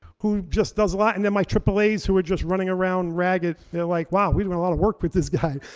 who just does a lot and then my aaas who are just running around ragged. they're like, wow, we do a lot of work with this guy.